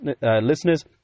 listeners